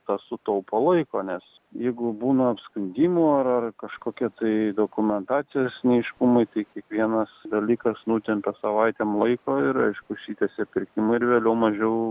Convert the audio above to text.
tas sutaupo laiko nes jeigu būna apskundimų ar ar kažkokie tai dokumentacijos neaiškumai tai kiekvienas dalykas nutempia savaitėm laiko ir aišku užsitęsia pirkimai ir vėliau mažiau